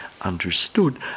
understood